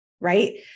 right